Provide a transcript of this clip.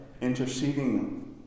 interceding